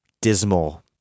dismal